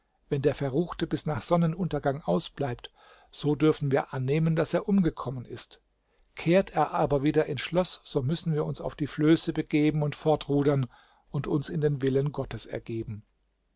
wenn der verruchte bis nach sonnenuntergang ausbleibt so dürfen wir annehmen daß er umgekommen ist kehrt er aber wieder ins schloß so müssen wir uns auf die flöße begeben und fortrudern und uns in den willen gottes ergeben